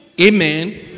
amen